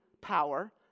power